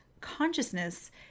consciousness